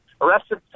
Arrested